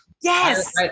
yes